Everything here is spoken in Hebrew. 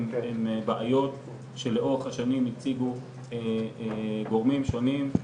אלא בעיות שלאורך השנים הציגו גורמים שונים,